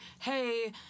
hey